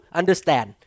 understand